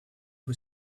who